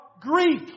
Greek